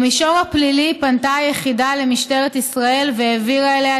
במישור הפלילי פנתה היחידה למשטרת ישראל והעבירה אליה